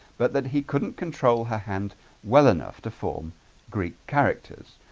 but that he couldn't control her hand well enough to form greek characters